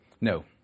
no